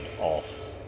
off